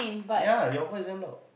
ya your voice damn loud